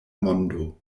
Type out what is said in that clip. mondo